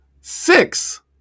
Six